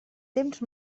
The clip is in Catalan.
temps